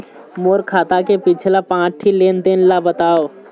मोर खाता के पिछला पांच ठी लेन देन ला बताव?